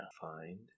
Find